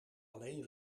alleen